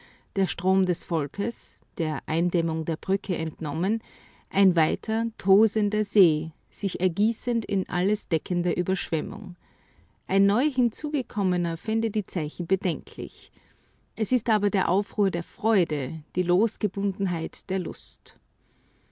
der strom des volkes der eindämmung der brücke entnommen ein weiter tosender see sich ergießend in alles deckender überschwemmung ein neu hinzugekommener fände die zeichen bedenklich es ist aber der aufruhr der freude die losgebundenheit der lust